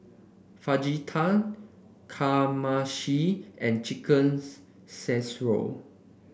Fajita Kamameshi and Chicken Casserole